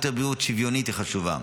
שירותי בריאות שוויונית היא חשובה.